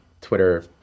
Twitter